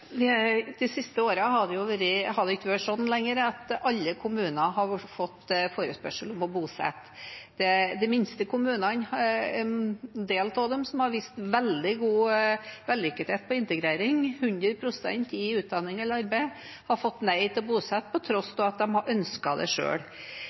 lokalsamfunnet. De siste årene har det ikke lenger vært sånn at alle kommuner har fått forespørsel om å bosette. En del av de minste kommunene som har vist veldig god vellykkethet når det gjelder integrering, 100 pst. i utdanning eller arbeid, har fått nei til å bosette, til tross